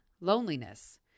loneliness